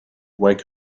wake